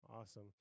awesome